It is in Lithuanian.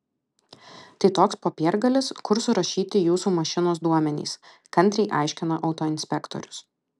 tai toks popiergalis kur surašyti jūsų mašinos duomenys kantriai aiškina autoinspektorius